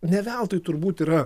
ne veltui turbūt yra